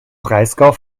breisgau